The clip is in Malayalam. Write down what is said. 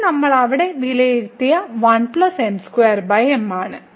ഇത് നമ്മൾ അവിടെ വിലയിരുത്തിയ ആണ്